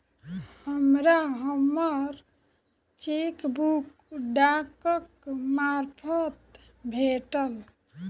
हमरा हम्मर चेकबुक डाकक मार्फत भेटल